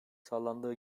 sağlandı